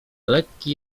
lekki